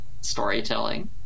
storytelling